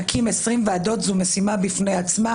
וזו משימה בפני עצמה.